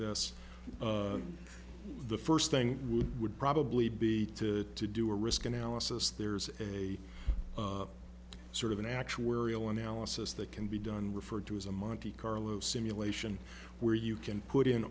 this the first thing would would probably be to to do a risk analysis there's a sort of an actuarial analysis that can be done referred to as a monte carlo simulation where you can put in